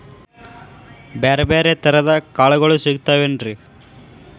ಬ್ಯಾರೆ ಬ್ಯಾರೆ ತರದ್ ಕಾಳಗೊಳು ಸಿಗತಾವೇನ್ರಿ?